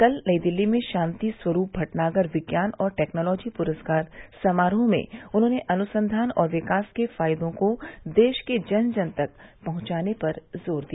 कल नई दिल्ली में शांति स्वरूप भटनागर विज्ञान और टैक्नोलॉजी पुरस्कार समारोह में उन्होंने अनुसंधान और विकास के फायदों को देश के जन जन तक पहुंचाने पर जोर दिया